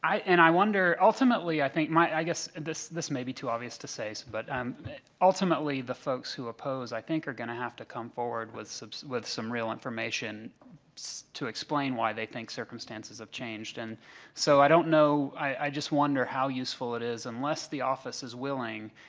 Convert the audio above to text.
and i wonder ultimately, i think, my i guess this this may be too obvious to say. but um ultimately, the folks who oppose i think are going to have to come forward with some real information so to explain why they think circumstances have changed. and so, i don't know i just wonder how useful it is, unless the office is willing,